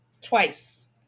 Twice